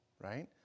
right